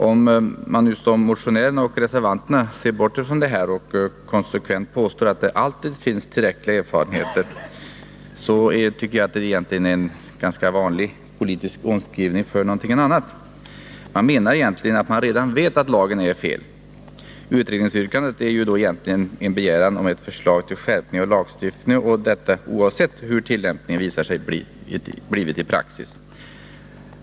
Om man som motionärerna och reservanterna ser bort från detta och konsekvent påstår att det alltid finns tillräckliga erfarenheter, tycker jag att det är en ganska vanlig politisk omskrivning av någonting annat. Man menar att man redan vet att lagen är felaktig. Utredningsyrkandet är då egentligen en begäran om ett förslag till skärpning av lagstiftningen och detta oavsett hur tillämpningen visat sig bli i praxis.